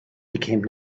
became